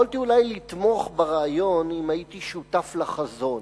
יכולתי אולי לתמוך ברעיון אם הייתי שותף לחזון.